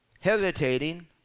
hesitating